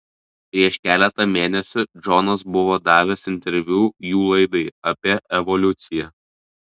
prieš keletą mėnesių džonas buvo davęs interviu jų laidai apie evoliuciją